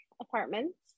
apartments